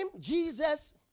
Jesus